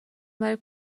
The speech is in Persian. برای